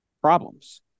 problems